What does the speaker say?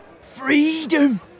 Freedom